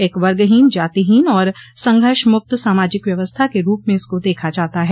एक वर्गहीन जातिहीन आर संघर्ष मुक्त सामाजिक व्यवस्था के रूप में इसको देखा जाता है